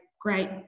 great